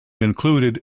included